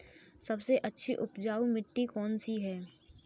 सबसे अच्छी उपजाऊ मिट्टी कौन सी है?